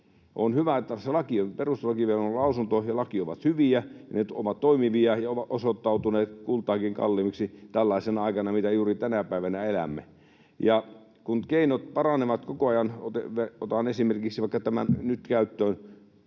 On hyvä, että perustuslakivaliokunnan lausunto ja laki ovat hyviä, ne ovat toimivia ja ovat osoittautuneet kultaakin kalliimmiksi tällaisena aikana, mitä juuri tänä päivänä elämme, kun keinot paranevat koko ajan. Otan esimerkiksi vaikka tämän nyt käyttöön